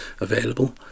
available